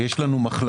יש לנו מחלקה.